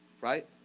Right